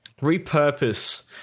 repurpose